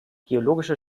geologische